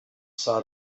saw